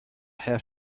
have